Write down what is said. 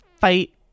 fight